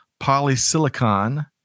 polysilicon